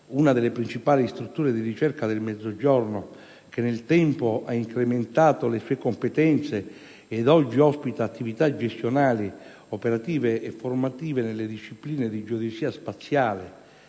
una delle principali strutture di ricerca del Mezzogiorno che nel tempo ha incrementato le sue competenze ed oggi ospita attività gestionali, operative e formative nelle discipline di geodesia spaziale,